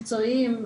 מקצועיים,